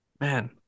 man